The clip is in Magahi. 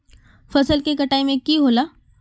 फसल के कटाई में की होला?